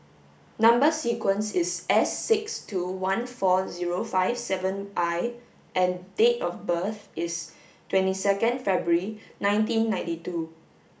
number sequence is S six two one four zero five seven I and date of birth is twenty second February nineteen ninety two